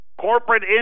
Corporate